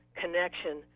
connection